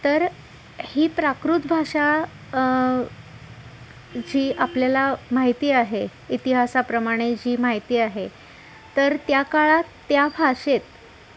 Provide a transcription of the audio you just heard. तर ही प्राकृत भाषा जी आपल्याला माहिती आहे इतिहासाप्रमाणे जी माहिती आहे तर त्या काळात त्या भाषेत